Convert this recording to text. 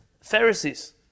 Pharisees